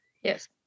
yes